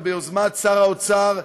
וביוזמת שר האוצר,